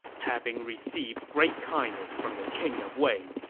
having received great kindness from the king of wei,